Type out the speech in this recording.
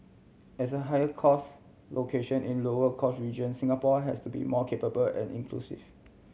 as a higher cost location in lower cost region Singapore has to be more capable and inclusive